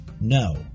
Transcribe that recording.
no